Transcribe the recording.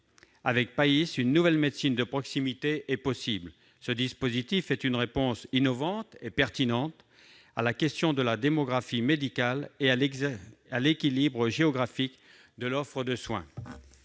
PAIS, une nouvelle médecine de proximité est possible. C'est une réponse innovante et pertinente à la question de la démographie médicale et à l'équilibre géographique de l'offre de soins.